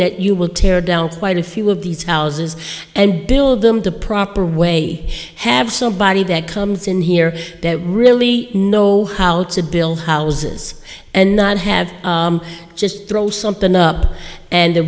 that you will tear down quite a few of these houses and build them the proper way have somebody that comes in here that really know how to build houses and not have just throw something up and the